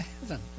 heaven